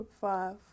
Five